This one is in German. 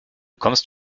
kommst